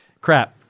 Crap